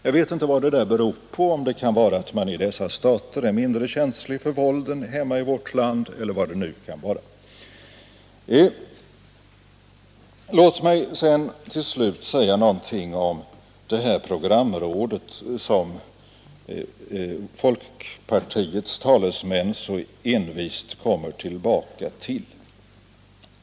Jag vet inte vad det beror på — om man i dessa stater är mindre känslig för våld än vi är i vårt land eller vad det kan vara. Låt mig till slut säga någonting om programrådet, som folkpartiets talesmän så envist kommer tillbaka till.